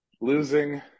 losing